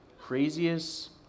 Craziest